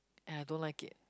and I don't like it